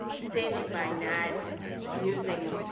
saving by not using